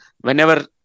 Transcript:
whenever